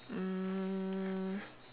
mm